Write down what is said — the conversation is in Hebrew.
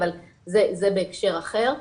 אבל זה בהקשר אחר.